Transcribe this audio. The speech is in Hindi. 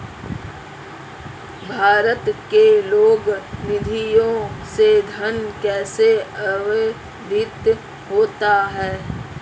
भारत की लोक निधियों से धन कैसे आवंटित होता है?